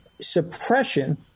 suppression